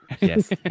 yes